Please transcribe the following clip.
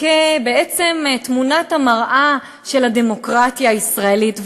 בעצם כתמונת המראה של הדמוקרטיה הישראלית,